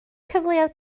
cyfleoedd